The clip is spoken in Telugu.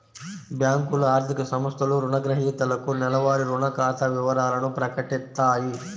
బ్యేంకులు, ఆర్థిక సంస్థలు రుణగ్రహీతలకు నెలవారీ రుణ ఖాతా వివరాలను ప్రకటిత్తాయి